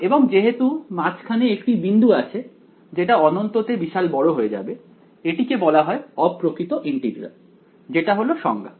এবং যেহেতু মাঝখানে একটি বিন্দু আছে যেটা অনন্ত তে বিশাল বড় হয়ে যাবে এটিকে বলা হয় অপ্রকৃত ইন্টিগ্রাল যেটা হলো সংজ্ঞা